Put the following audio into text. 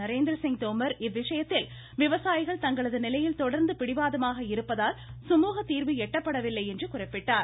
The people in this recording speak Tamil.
நரேந்திரசிங் தோமர் இவ்விஷயத்தில் விவசாயிகள் தங்களது நிலையில் தொடா்ந்து பிடிவாதமாக இருப்பதால் கமூகத்தீர்வு எட்டப்படவில்லை என்று குறிப்பிட்டார்